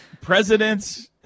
Presidents